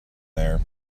there